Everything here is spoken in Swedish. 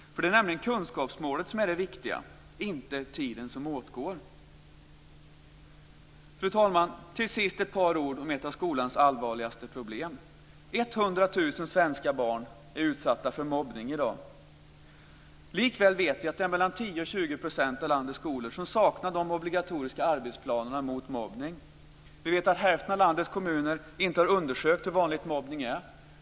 Det är nämligen kunskapsmålet som är det viktiga, inte den tid som åtgår för att uppnå det. Fru talman! Till sist vill jag säga något om ett av skolans allvarligaste problem. 100 000 svenska barn är utsatta för mobbning i dag. Likväl vet vi att det är 10-20 % av landets skolor som saknar de obligatoriska arbetsplanerna mot mobbning. Vi vet att hälften av landets kommuner inte har undersökt hur vanligt det är med mobbning.